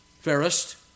fairest